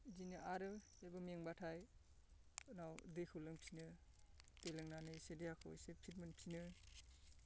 बिदिनो आरो जोबोद मेंबाथाय उनाव दैखौ लोंफिनो दै लोंनानै इसे देहाखौ एसे फिट मोनफिनो